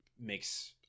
makes